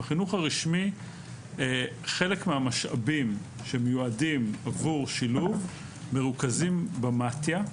בחינוך הרשמי חלק מהמשאבים שמיועדים עבור שילוב מרוכזים במתי"א.